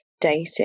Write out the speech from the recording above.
dating